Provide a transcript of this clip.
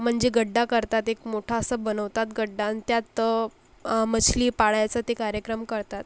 म्हणजे गड्डा करतात एक मोठा असं बनवतात गड्डा आणि त्यात मछली पाळायचा ते कार्यक्रम करतात